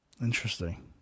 Interesting